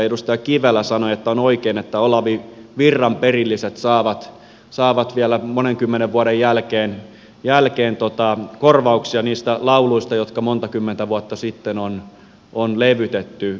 edustaja kivelä sanoi että on oikein että olavi virran perilliset saavat vielä monen kymmenen vuoden jälkeen korvauksia niistä lauluista jotka monta kymmentä vuotta sitten on levytetty